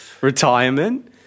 retirement